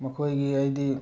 ꯃꯈꯣꯏꯒꯤ ꯍꯥꯏꯗꯤ